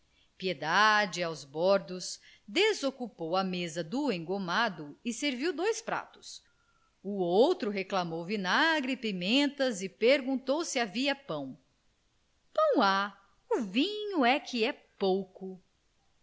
piedade aos bordos desocupou a mesa do engomado e serviu dois pratos o outro reclamou vinagre e pimenta e perguntou se havia pão pão há o vinho é que é pouco